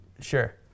Sure